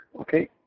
Okay